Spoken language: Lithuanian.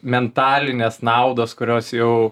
mentalinės naudos kurios jau